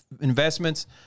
investments